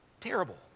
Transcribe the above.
Terrible